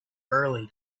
early